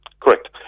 Correct